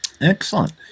Excellent